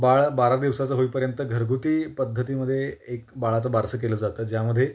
बाळ बारा दिवसाचं होईपर्यंत घरगुती पद्धतीमध्ये एक बाळाचं बारसं केलं जातं ज्यामध्ये